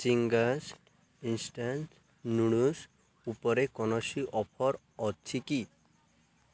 Ching's instant noodles ଉପରେ କୌଣସି offer ଅଛି କି